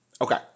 Okay